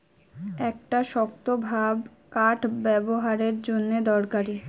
একটা শক্তভাব কাঠ ব্যাবোহারের জন্যে দরকারি